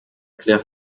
claire